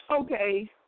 Okay